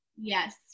Yes